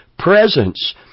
Presence